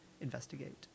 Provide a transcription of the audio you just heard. investigate